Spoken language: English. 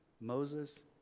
Moses